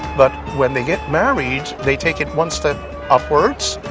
but when they get married, they take it one step upwards,